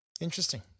Interesting